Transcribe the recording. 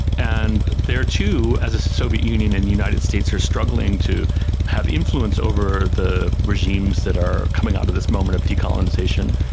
and there too, as the soviet union and the united states are struggling to have influence over the regimes that are coming out of this moment of decolonisation,